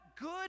good